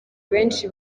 benshi